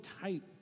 tight